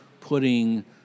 putting